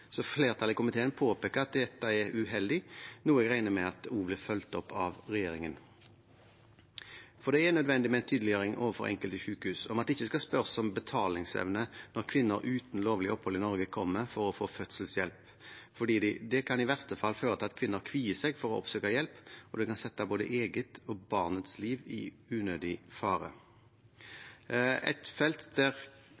Flertallet i komiteen påpeker at dette er uheldig, noe jeg regner med at blir fulgt opp av regjeringen. Det er nødvendig med en tydeliggjøring overfor enkelte sykehus om at det ikke skal spørres om betalingsevne når kvinner uten lovlig opphold i Norge kommer for å få fødselshjelp, for det kan i verste fall føre til at kvinner kvier seg for å oppsøke hjelp, og det kan sette både eget og barnets liv i unødig fare.